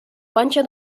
panxa